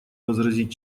возразить